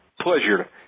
pleasure